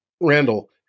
Randall